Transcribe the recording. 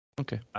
Okay